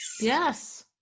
yes